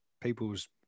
people's